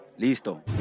Listo